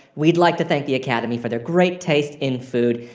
we'd like to thank the academy for their great taste in food.